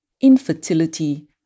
infertility